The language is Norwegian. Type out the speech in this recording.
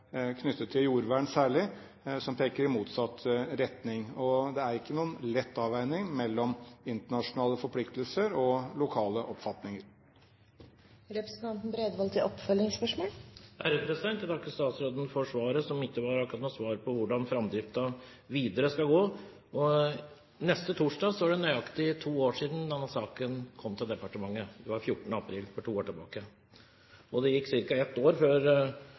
knyttet til jordvern, og som peker i motsatt retning. Det er ikke noen lett avveining mellom internasjonale forpliktelser og lokale oppfatninger. Jeg takker statsråden for svaret, som ikke akkurat var noe svar på hvordan framdriften videre blir. Neste torsdag er det nøyaktig to år siden denne saken kom til departementet – det var 14. april for to år siden. Det gikk ca. et år før